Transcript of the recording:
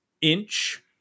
Inch